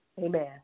amen